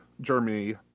Germany